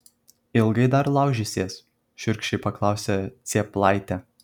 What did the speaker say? ilgai dar laužysies šiurkščiai paklausė cėplaitė